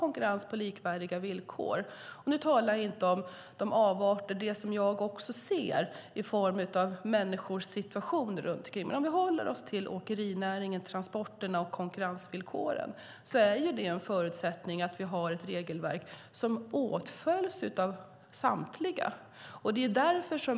Nu talar jag inte om avarter och det som jag också ser när det gäller människors situation. Om vi håller oss till åkerinäringen, transporterna och konkurrensvillkoren är det en förutsättning att vi har ett regelverk som alla följer.